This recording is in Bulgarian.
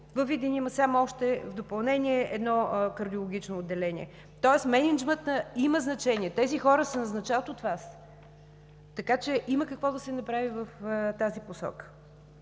Във Видин в допълнение има едно Кардиологично отделение. Тоест мениджмънтът има значение – тези хора се назначават от Вас, така че има какво да се направи в тази посока.